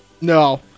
No